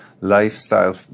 lifestyle